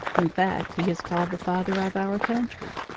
in fact he is called the father of our country.